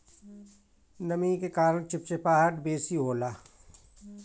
नमी के कारण चिपचिपाहट बेसी होला